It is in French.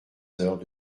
heures